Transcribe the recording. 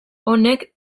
honek